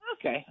okay